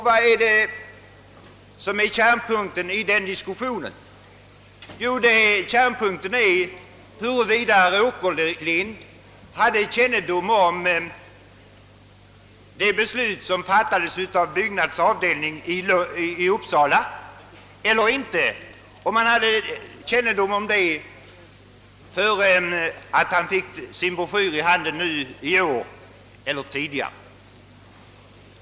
Vad är då kärnpunkten i den diskussionen? Jo, kärnpunkten är huruvida herr Åkerlind, innan han i år fick den aktuella broschyren i sin hand, hade kännedom om det beslut som fattats av Byggnads avdelning i Uppsala eller inte.